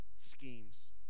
schemes